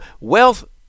wealth